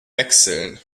wechseln